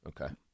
Okay